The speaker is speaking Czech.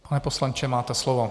Pane poslanče, máte slovo.